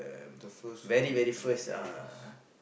the first food uh yes